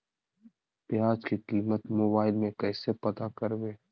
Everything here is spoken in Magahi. प्याज की कीमत मोबाइल में कैसे पता करबै?